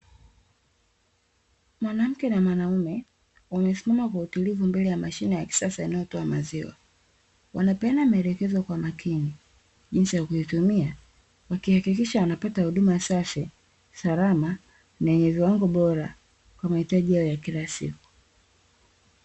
Mwanamke na mwanaume, wamesimama kwa utulivu mbele ya mashine ya kisasa inayotoa maziwa. Wanapeana maelekezo kwa umakini, jinsi ya kuitumia wakihakikisha wanapata huduma safi, salama na yenye viwango bora, kwa mahitaji yao ya kila siku.